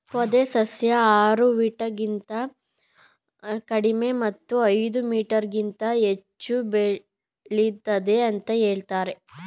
ಪೊದೆ ಸಸ್ಯ ಆರು ಮೀಟರ್ಗಿಂತ ಕಡಿಮೆ ಮತ್ತು ಐದು ಮೀಟರ್ಗಿಂತ ಹೆಚ್ಚು ಬೆಳಿತದೆ ಅಂತ ಹೇಳ್ತರೆ